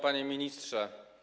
Panie Ministrze!